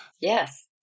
yes